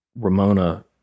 Ramona